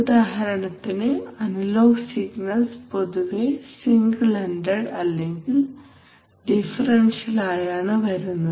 ഉദാഹരണത്തിന് analog signals പൊതുവേ single ended അല്ലെങ്കിൽ ഡിഫറൻഷ്യൽ ആയാണ് വരുന്നത്